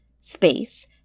space